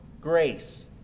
grace